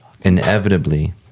Inevitably